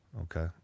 Okay